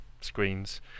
screens